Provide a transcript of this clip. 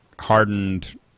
hardened